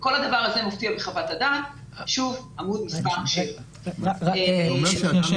כל הדבר הזה מופיע בחוות הדעת בעמוד 7. זאת אומרת,